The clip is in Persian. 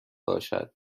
باشد